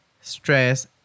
stress